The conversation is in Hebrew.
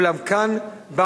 אולם כאן בא